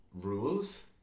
rules